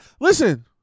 Listen